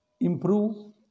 improve